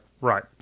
right